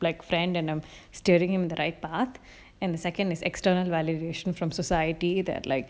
black friend and I'm steering him the right path and the second is external validation from society that like